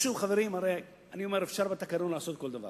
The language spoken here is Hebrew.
אז שוב, חברים, אפשר בתקנון לעשות כל דבר.